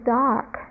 dark